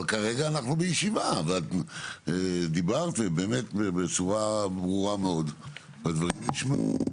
אבל כרגע אנחנו בישיבה ודיברת באמת בצורה ברורה מאוד והדברים נשמעו.